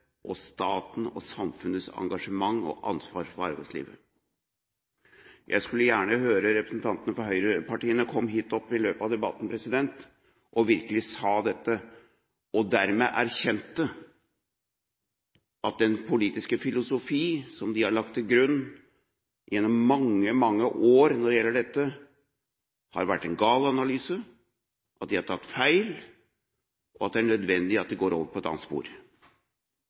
og statens engasjement og ansvar for arbeidslivet. Jeg skulle gjerne hørt at representanter fra høyrepartiene i løpet av debatten kom hit opp og virkelig sa dette, og dermed erkjente at den politiske filosofi som de har lagt til grunn gjennom mange, mange år når det gjelder dette, har vært en gal analyse, at de har tatt feil, og at det er nødvendig at de går over på et annet spor.